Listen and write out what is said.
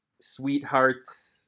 sweethearts